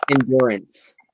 endurance